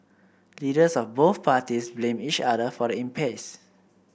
leaders of both parties blamed each other for the impasse